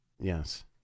Yes